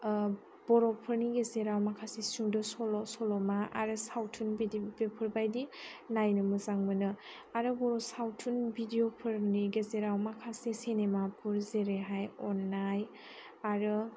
बर'फोरनि गेजेराव माखासे सुंद' सल' सल'मा आरो सावथुन बिदि बेफोरबायदि नायनो मोजां मोनो आरो बर' सावथुन भिडिय'फोरनि गेजेराव माखासे सिनेमाफोर जेरैहाय अननाय आरो